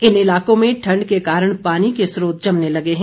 इन इलाकों में ठंड के कारण पानी के स्रोत जमने लगे हैं